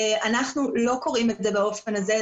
אנחנו לא קוראים את זה באופן הזה,